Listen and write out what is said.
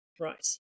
Right